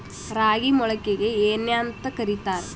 ರಾಗಿ ಮೊಳಕೆಗೆ ಏನ್ಯಾಂತ ಕರಿತಾರ?